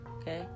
Okay